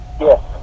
Yes